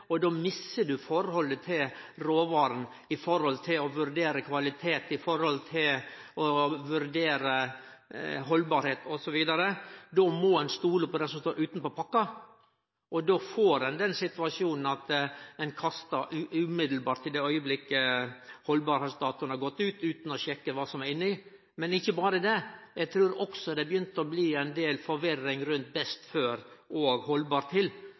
Då mister ein forholdet til råvara, det å vurdere kvalitet og haldbarheit osv. Då må ein stole på det som står utanpå pakka, og då får ein den situasjonen at ein kastar med ein gong i den augneblinken datoen for haldbarheit har gått ut, utan å sjekke kva som er inni. Men ikkje berre det: Eg trur også det har begynt å bli ein del forvirring rundt «best før» og